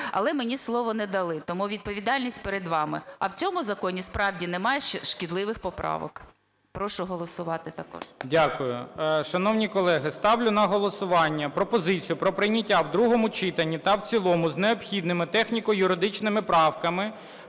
Але мені слово не дали, тому відповідальність перед вами. А в цьому законі справді немає шкідливих поправок. Прошу голосувати також. ГОЛОВУЮЧИЙ. Дякую. Шановні колеги, ставлю на голосування пропозицію про прийняття в другому читанні та в цілому з необхідними техніко-юридичними правками